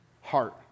heart